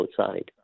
outside